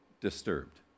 disturbed